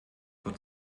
vor